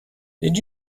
did